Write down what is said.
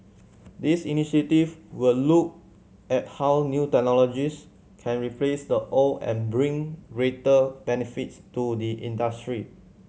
these initiatives will look at how new technologies can replace the old and bring greater benefits to the industry